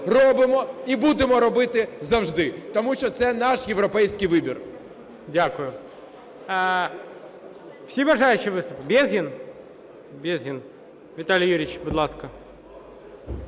робимо і будемо робити завжди, тому що це наш європейський вибір.